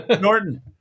Norton